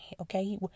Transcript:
Okay